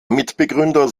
mitbegründer